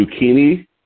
zucchini